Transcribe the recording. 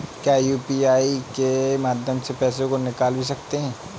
क्या यू.पी.आई के माध्यम से पैसे को निकाल भी सकते हैं?